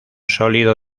sólido